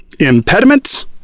impediments